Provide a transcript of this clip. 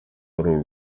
ari